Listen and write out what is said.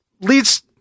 leads